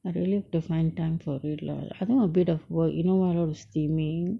I will need to find time for it lah I think a bit of work you know what all the steaming